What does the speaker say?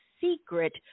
secret